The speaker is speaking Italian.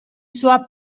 sua